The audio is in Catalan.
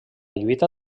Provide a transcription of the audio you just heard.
lluita